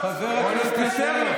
חבר הכנסת אשר.